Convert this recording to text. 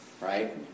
right